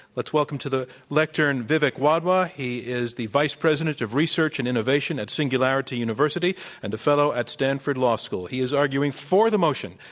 let's welcome to the lectern vivek wadhwa. he is the vice president of research and innovation at singularity university and a fellow at stanford law school. he is arguing for the motion,